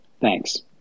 Thanks